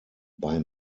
bei